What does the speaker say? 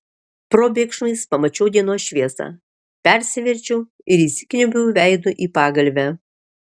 probėgšmais pamačiau dienos šviesą persiverčiau ir įsikniaubiau veidu į pagalvę